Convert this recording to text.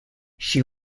she